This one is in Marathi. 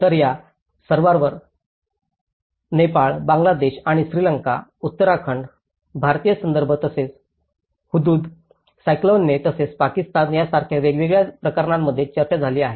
तर या सर्वांवर नेपाळ बांगलादेश आणि श्रीलंका उत्तराखंड भारतीय संदर्भ तसेच हुहुद सायक्लोने तसेच पाकिस्तान यासारख्या वेगवेगळ्या प्रकरणांमध्ये चर्चा झाली आहे